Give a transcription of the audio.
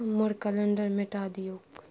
हमर कैलेण्डर मेटा दिऔ